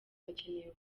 bakeneye